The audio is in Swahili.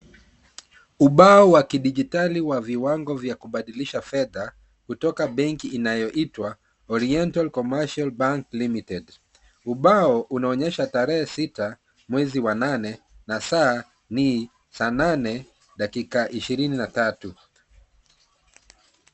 Ubao wa kidijitali wa viwango vya kubadilisha fedha kutoka benki inayoitwa Oriental commercial bank limited . Ubao unaonyesha tarehe sita mwezi wa nane na saa ni saa nane dakika ishirini na tatu.